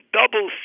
double